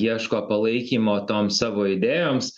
ieško palaikymo toms savo idėjoms